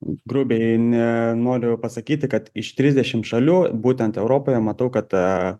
grubiai ne noriu pasakyti kad iš trisdešimt šalių būtent europoje matau kad a